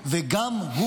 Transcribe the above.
גם הוא,